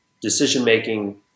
decision-making